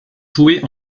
jouées